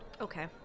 okay